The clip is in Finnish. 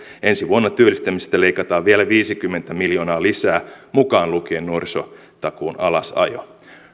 ensi vuonna työllistämisestä leikataan vielä viisikymmentä miljoonaa lisää mukaan lukien nuorisotakuun alasajo